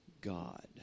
God